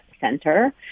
center